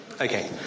Okay